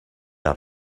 out